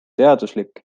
teaduslik